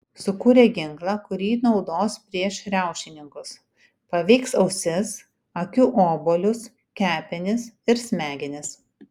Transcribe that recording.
sukūrė ginklą kurį naudos prieš riaušininkus paveiks ausis akių obuolius kepenis ir smegenis